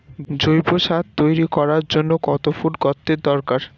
জৈব সার তৈরি করার জন্য কত ফুট গর্তের দরকার?